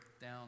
down